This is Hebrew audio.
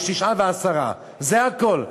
יש תשעה ועשרה, זה הכול.